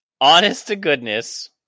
Honest-to-goodness